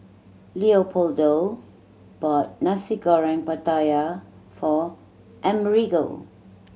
Leopoldo bought Nasi Goreng Pattaya for Amerigo